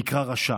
נקרא רשע.